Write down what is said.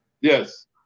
Yes